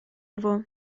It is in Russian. его